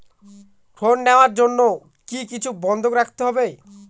ঋণ নেওয়ার জন্য কি কিছু বন্ধক রাখতে হবে?